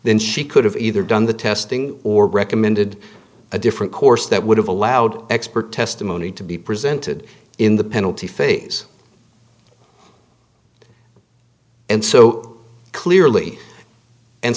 then she could have either done the testing or recommended a different course that would have allowed expert testimony to be presented in the penalty phase and so clearly and